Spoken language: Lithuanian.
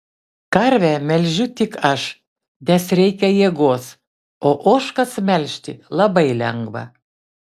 karvę melžiu tik aš nes reikia jėgos o ožkas melžti labai lengva